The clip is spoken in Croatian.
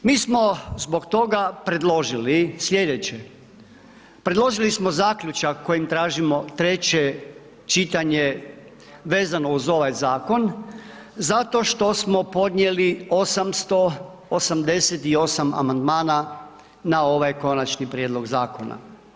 Mi smo zbog toga predložili slijedeće, predložili smo zaključak kojim tražimo treće čitanje vezano uz ovaj zakon zato što smo podnijeli 888 amandmana na ovaj Konačni prijedlog zakona.